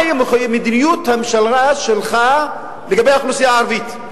מהי מדיניות הממשלה שלך לגבי האוכלוסייה הערבית?